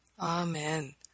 Amen